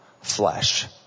flesh